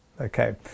Okay